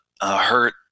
hurt